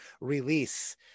release